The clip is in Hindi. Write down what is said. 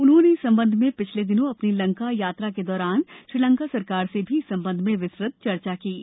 उन्होंने इस संबंध में पिछले दिनों अपनी लंका यात्रा के दौरान श्रीलंका सरकार से भी इस संबंध में विस्तृत चर्चा की है